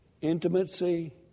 Intimacy